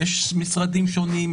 יש משרדים שונים,